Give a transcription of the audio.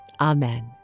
amen